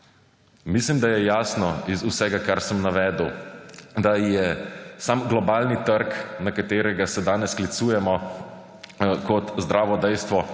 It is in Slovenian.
Mislim, da je jasno iz vsega, kar sem navedel, da je sam globalni trg, na katerega se danes sklicujemo, kot zdravo dejstvo